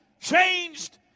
changed